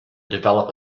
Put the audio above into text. develop